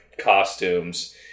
costumes